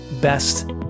best